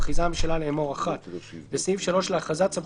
מכריזה הממשלה לאמור: תיקון סעיף 3 להכרזה 1. בסעיף 3